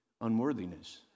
Unworthiness